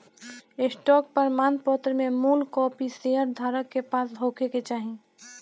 stock प्रमाणपत्र में मूल कापी शेयर धारक के पास होखे के चाही